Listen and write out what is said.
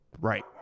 Right